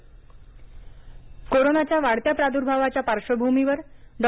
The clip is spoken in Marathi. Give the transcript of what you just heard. आंबेडकर जयंती कोरोनाच्या वाढत्या प्रादुर्भावाच्या पार्श्वभूमीवर डॉ